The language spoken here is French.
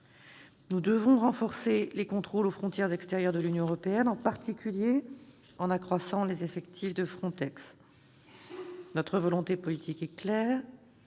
Nous devons renforcer les contrôles aux frontières extérieures de l'Union européenne, en particulier en accroissant les effectifs de FRONTEX. Notre volonté politique est claire